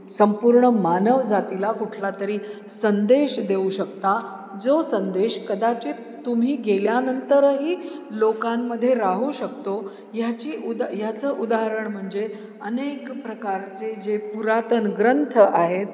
संपूर्ण मानवजातीला कुठलातरी संदेश देऊ शकता जो संदेश कदाचित तुम्ही गेल्यानंतरही लोकांमध्ये राहू शकतो ह्याची उद ह्याचं उदाहरण म्हणजे अनेक प्रकारचे जे पुरातन ग्रंथ आहेत